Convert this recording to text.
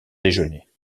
déjeuner